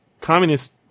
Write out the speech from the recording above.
communist